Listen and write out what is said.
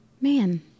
Man